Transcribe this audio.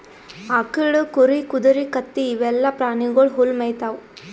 ಆಕಳ್, ಕುರಿ, ಕುದರಿ, ಕತ್ತಿ ಇವೆಲ್ಲಾ ಪ್ರಾಣಿಗೊಳ್ ಹುಲ್ಲ್ ಮೇಯ್ತಾವ್